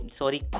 sorry